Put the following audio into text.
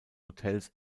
hotels